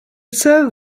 save